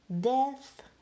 Death